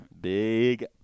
Big